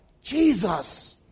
Jesus